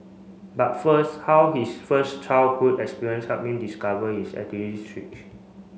but first how his first childhood experience help him discover his